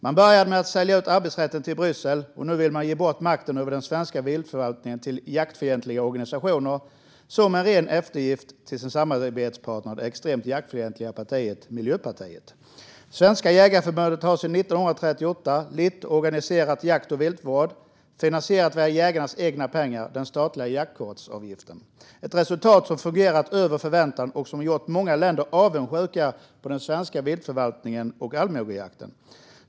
Man började med att sälja ut arbetsrätten till Bryssel, och nu vill man ge bort makten över den svenska viltförvaltningen till jaktfientliga organisationer som en ren eftergift till sin samarbetspartner, det extremt jaktfientliga Miljöpartiet. Svenska Jägareförbundet har sedan 1938 lett och organiserat jakt och viltvård, vilket finansierats via jägarnas egna pengar, den statliga jaktkortsavgiften. Detta system har fungerat över förväntan och gjort många länder avundsjuka på den svenska viltförvaltningen och allmogejakten.